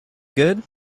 good